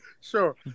Sure